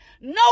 No